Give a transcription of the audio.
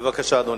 בבקשה, אדוני.